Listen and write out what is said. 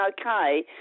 okay